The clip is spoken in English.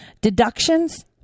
deductions